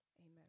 Amen